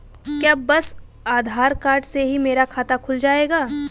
क्या बस आधार कार्ड से ही मेरा खाता खुल जाएगा?